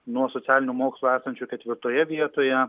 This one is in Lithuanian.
nuo socialinių mokslų esančių ketvirtoje vietoje